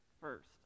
first